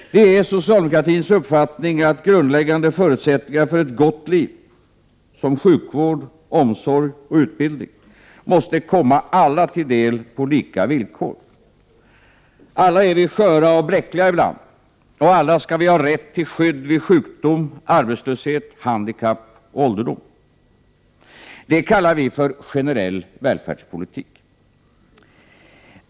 Det är socialdemokratins uppfattning att grundläggande förutsättningar för ett gott liv, såsom sjukvård, omsorg och utbildning, måste komma alla till del, på lika villkor. Alla är vi sköra och bräckliga ibland, och alla skall vi ha rätt till skydd vid sjukdom, arbetslöshet, handikapp och ålderdom. Detta kallar vi generell välfärdspolitik.